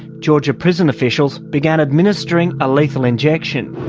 georgia prison officials began administering a lethal injection.